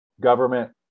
government